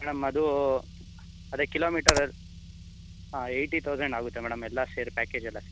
madam ಅದು ಅದೇ kilometre ಹಾಂ ಏಯ್ಟಿ ತೌಸಂಡ್ ಆಗುತ್ತೆ ಮೇಡಮ್ ಎಲ್ಲ ಸೇರಿ ಪ್ಯಾಕೇಜ್ ಎಲ್ಲ